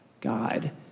God